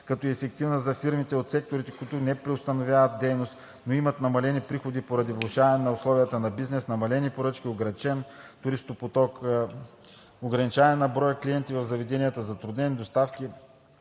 като ефективна за фирмите от секторите, които не преустановяват дейност, но имат намалени приходи поради влошаване на условията за бизнес – намалени поръчки, ограничен туристопоток, ограничаване на броя клиенти в заведенията, затруднени доставки